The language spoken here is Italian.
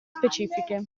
specifiche